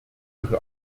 ihre